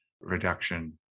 reduction